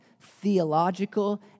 theological